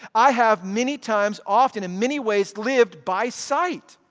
i have many times often in many ways lived by sight,